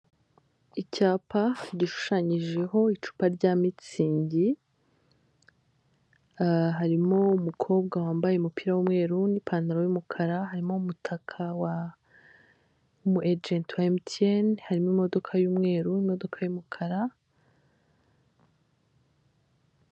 Icyapa gishushanyijeho icupa rya Mitsingi, harimo umukobwa wambaye umupira w'umweru n'ipantaro y'umukara, harimo umutaka w'umu ejenti wa emutiyeni, harimo imodoka y'umweru, imodoka y'umukara